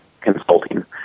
consulting